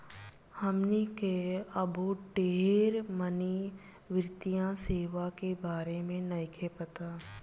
हमनी के अबो ढेर मनी वित्तीय सेवा के बारे में नइखे पता